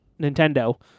Nintendo